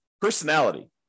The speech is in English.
personality